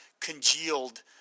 congealed